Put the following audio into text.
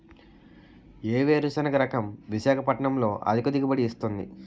ఏ వేరుసెనగ రకం విశాఖపట్నం లో అధిక దిగుబడి ఇస్తుంది?